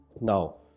Now